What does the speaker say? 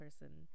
person